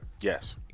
Yes